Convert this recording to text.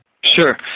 Sure